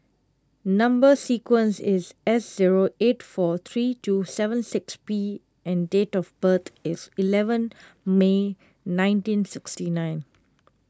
Number Sequence is S zero eight four three two seven six P and date of birth is eleven May nineteen sixty nine